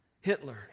Hitler